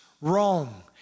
wrong